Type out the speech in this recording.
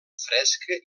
fresca